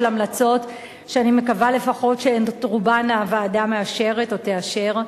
המלצות שאני מקווה שלפחות את רובן הוועדה מאשרת או תאשר.